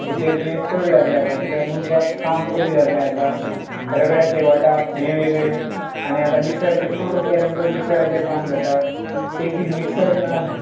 हाचेर दुयेंस चड जाल्लें आसा कित्याक मनशाक काम कमी जाल्लें आसा रगड्याचेर वांटप हें वेगळें आनी आतां मिक्सराचेर फूर्र केलें म्हणटकीर मिक्सराचेर काम जाता एक दीस मिक्सर ना जाल्यार